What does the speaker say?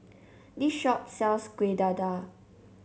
this shop sells Kuih Dadar